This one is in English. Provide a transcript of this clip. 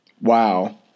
Wow